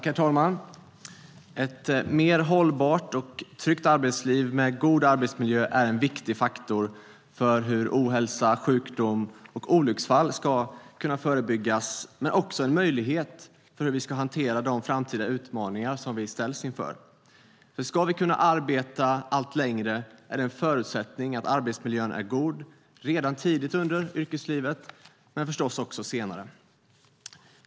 Herr talman! Ett mer hållbart och tryggt arbetsliv med god arbetsmiljö är en viktig faktor för hur ohälsa, sjukdom och olycksfall kan förebyggas men också en möjlighet när det gäller hur vi ska hantera de utmaningar som vi kommer att ställas inför i framtiden. Ska vi kunna arbeta allt längre är det en förutsättning att arbetsmiljön är god redan tidigt under yrkeslivet men förstås också senare.